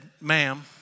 ma'am